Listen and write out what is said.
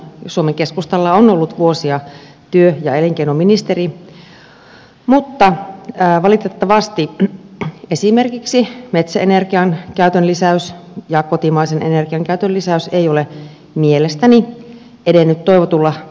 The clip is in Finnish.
suomen keskustalla on ollut vuosia työ ja elinkeinoministeri mutta valitettavasti esimerkiksi metsäenergian käytön lisäys ja kotimaisen energian käytön lisäys ei ole mielestäni edennyt toivotulla tavalla